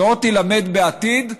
שעוד תילמד בעתיד.